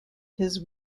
his